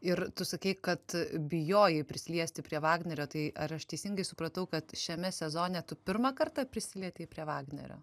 ir tu sakei kad bijojai prisiliesti prie vagnerio tai ar aš teisingai supratau kad šiame sezone tu pirmą kartą prisilietei prie vagnerio